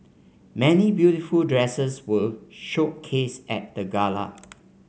many beautiful dresses were showcased at the gala